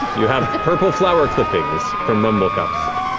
you have purple flower clippings from rumblecusp.